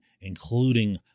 including